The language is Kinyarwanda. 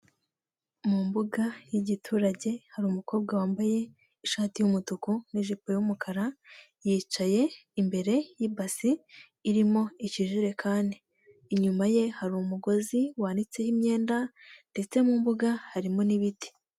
Mu mbuga y'igiturage hari umukobwa wambaye ishati y'umutuku n'ijipo y'umukara yicaye imbere y'ibasi irimo ikijerekani, inyuma ye hari umugozi wanitseho imyenda ndetse mu mbuga harimo n'ibiti.